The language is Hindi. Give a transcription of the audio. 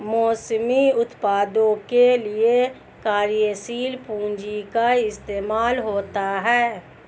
मौसमी उत्पादों के लिये कार्यशील पूंजी का इस्तेमाल होता है